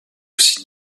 aussi